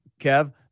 Kev